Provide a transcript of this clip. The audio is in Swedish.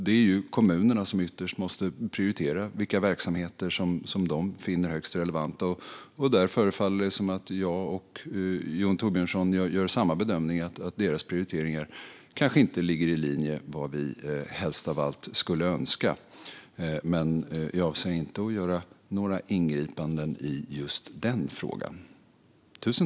Det är kommunerna som ytterst måste prioritera vilka verksamheter som de finner högst relevanta. Där förefaller jag och Jon Thorbjörnson göra samma bedömning, nämligen att deras prioriteringar kanske inte ligger i linje med vad vi helst av allt skulle önska. Men vi avser inte att göra några ingripanden i just den frågan.